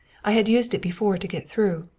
i had used it before to get through.